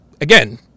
again